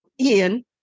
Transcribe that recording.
Ian